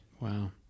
Wow